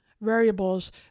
variables